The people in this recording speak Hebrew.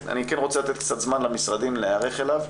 אני כן רוצה לתת קצת זמן למשרדים להיערך אליו,